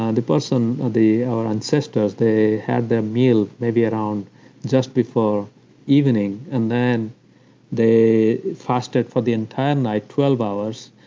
um the person or the. our ancestors, they had their meal maybe around just before evening, and then they fasted for the entire night, twelve hours,